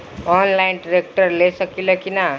Online tractor ले सकीला कि न?